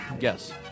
Yes